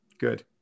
Good